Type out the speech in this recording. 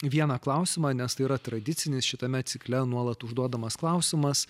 vieną klausimą nes tai yra tradicinis šitame cikle nuolat užduodamas klausimas